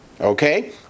okay